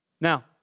Now